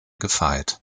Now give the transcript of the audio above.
gefeit